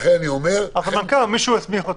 המנכ"ל או מי שהוא הסמיך אותו.